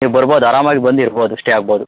ನೀವು ಬರ್ಬೋದು ಆರಾಮಾಗಿ ಬಂದು ಇರ್ಬೋದು ಸ್ಟೇ ಆಗ್ಬೋದು